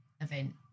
Event